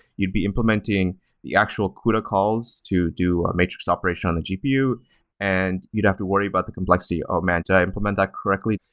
you'd be implementing the actual cuda calls to do a matrix operation on the gpu and you'd have to worry about the complexity, oh man! did i implement that correctly?